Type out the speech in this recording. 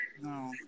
No